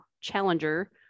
Challenger